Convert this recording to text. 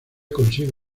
consigo